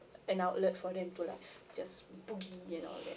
an outlet for them to like just boogie and all that